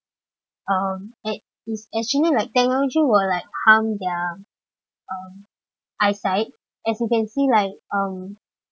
um and it's actually like technology will like harm their um eyesight as you can see like um